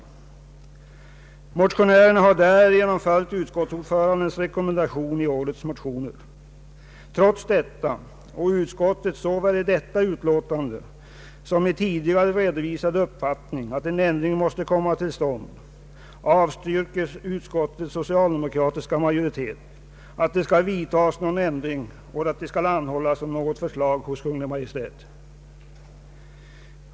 Motionärerna har därmed följt utskottsordförandens rekommendation i årets motioner. Trots detta och utskottets såväl i detta utlåtande som tidigare redovisade uppfattning att en ändring måste komma till stånd avstyrker utskottets socialdemokratiska majoritet att någon ändring skall vidtas och att det skall anhållas om något förslag hos Kungl. Maj:t.